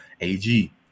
Ag